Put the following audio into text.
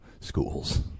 schools